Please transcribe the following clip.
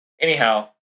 Anyhow